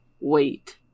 wait